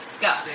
go